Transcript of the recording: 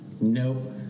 Nope